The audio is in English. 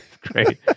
great